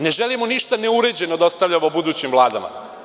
Ne želimo ništa ne uređeno da ostavljamo budućim vladama.